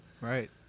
right